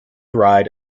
ryde